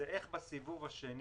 הוא איך בסיבוב השני